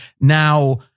Now